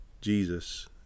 Jesus